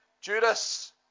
Judas